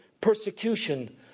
persecution